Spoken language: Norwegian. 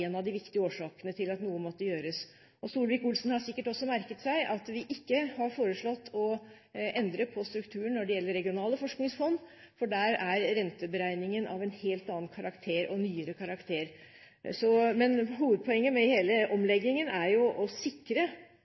en av de viktige årsakene til at noe måtte gjøres. Solvik-Olsen har sikkert også merket seg at vi ikke har foreslått å endre på strukturen når det gjelder regionale forskningsfond, for der er renteberegningen av en helt annen, og nyere, karakter. Hovedpoenget med hele omleggingen er jo å sikre